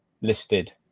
listed